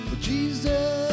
Jesus